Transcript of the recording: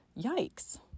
Yikes